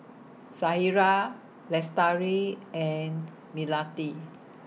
Syirah Lestari and Melati